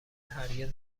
هرگز